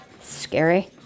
Scary